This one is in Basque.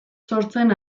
sortzen